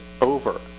over